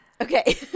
Okay